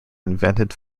invented